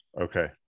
okay